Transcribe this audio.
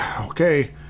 Okay